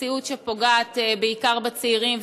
מציאות שפוגעת בעיקר בצעירים,